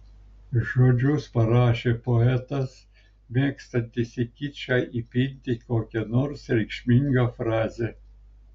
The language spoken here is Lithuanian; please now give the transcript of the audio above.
žodžius parašė poetas mėgstantis į kičą įpinti kokią nors reikšmingą frazę